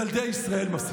ילדי ישראל מפסידים.